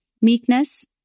meekness